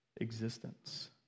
existence